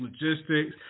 logistics